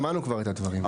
שמענו כבר את הדברים.